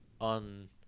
on